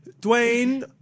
Dwayne